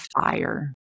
fire